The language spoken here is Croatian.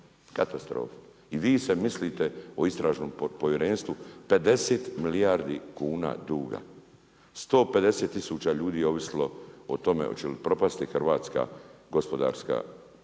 katastrofa. I vi se mislite o istražnom povjerenstvu 50 milijardi kuna duga, 150 tisuća ljudi je ovisilo o tome hoće li propasti hrvatska gospodarska urušit